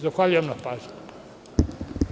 Zahvaljujem na pažnji.